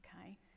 okay